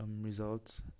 results